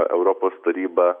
europos taryba